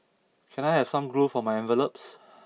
can I have some glue for my envelopes